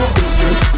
business